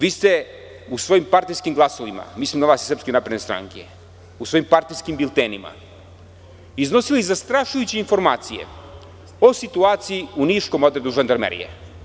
Vi ste u svojim partijskim glasovima, mislim na vas iz SNS, u svojim partijskim biltenima, iznosili zastrašujuće informacije o situaciji u Niškom odredu žandarmerije.